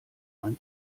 ein